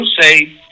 say